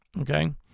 okay